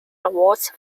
awards